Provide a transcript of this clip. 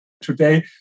today